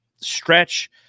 stretch